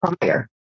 prior